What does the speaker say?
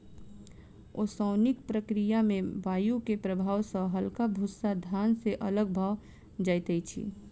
ओसौनिक प्रक्रिया में वायु के प्रभाव सॅ हल्का भूस्सा धान से अलग भअ जाइत अछि